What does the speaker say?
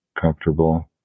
comfortable